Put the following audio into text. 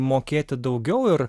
mokėti daugiau ir